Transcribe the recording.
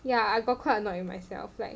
ya I got quite annoyed with myself like